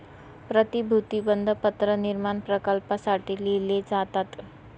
प्रतिभूती बंधपत्र निर्माण प्रकल्पांसाठी लिहिले जातात